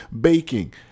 baking